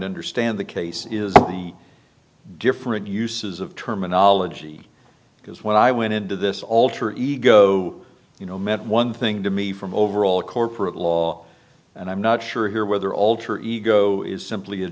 to understand the case is different uses of terminology because when i went into this alter ego you know meant one thing to me from overall corporate law and i'm not sure here whether alter ego is simply a